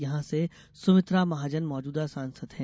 यहां से सुमित्रा महाजन मौजूदा सांसद हैं